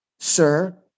Sir